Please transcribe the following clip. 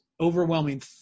overwhelming